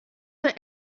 there